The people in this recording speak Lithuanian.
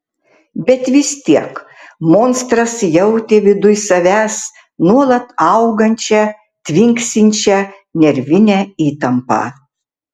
bet vis tiek monstras jautė viduj savęs nuolat augančią tvinksinčią nervinę įtampą